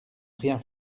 rien